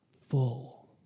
full